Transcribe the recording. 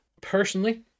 Personally